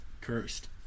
cursed